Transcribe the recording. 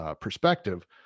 perspective